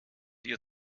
ihr